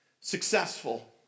Successful